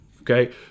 Okay